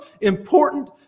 important